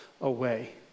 away